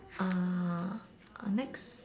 uh our next